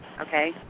okay